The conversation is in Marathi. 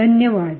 धन्यवाद